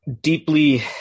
deeply